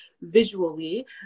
visually